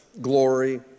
glory